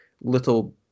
little